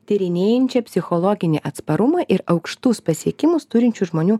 tyrinėjančią psichologinį atsparumą ir aukštus pasiekimus turinčių žmonių